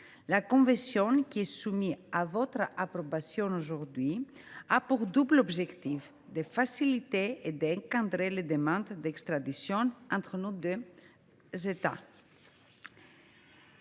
la convention qui est aujourd’hui soumise à votre approbation a pour double objectif de faciliter et d’encadrer les demandes d’extradition entre nos deux États.